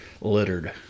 littered